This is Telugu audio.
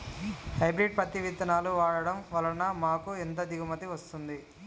హైబ్రిడ్ పత్తి విత్తనాలు వాడడం వలన మాకు ఎంత దిగుమతి వస్తుంది?